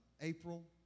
April